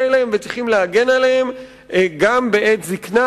אליהם וצריכים להגן עליהם גם בעת זיקנה,